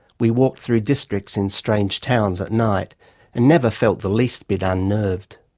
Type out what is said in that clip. we walked through districts in strange towns at night and never felt the least bit unnerved.